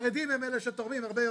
החרדים הם אלה שתורמים הרבה יותר.